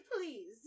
please